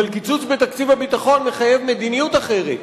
אבל קיצוץ בתקציב הביטחון מחייב מדיניות אחרת,